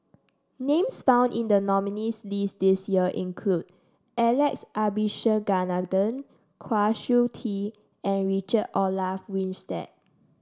names found in the nominees' list this year include Alex Abisheganaden Kwa Siew Tee and Richard Olaf Winstedt